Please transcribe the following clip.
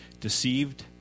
deceived